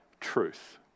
truth